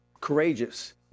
courageous